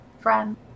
friend